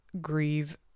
grieve